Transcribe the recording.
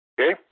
Okay